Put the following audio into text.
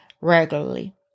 regularly